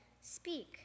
Speak